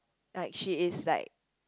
like she is like